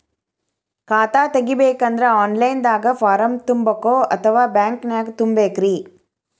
ಖಾತಾ ತೆಗಿಬೇಕಂದ್ರ online ದಾಗ ಫಾರಂ ತುಂಬೇಕೊ ಅಥವಾ ಬ್ಯಾಂಕನ್ಯಾಗ ತುಂಬ ಬೇಕ್ರಿ?